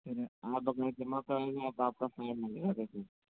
फिर में आप अपना जमा कराये अब आपका फाइन लगेगा देख लीजिये